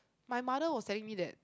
my mother was telling me that